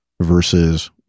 versus